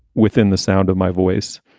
within the sound of my voice.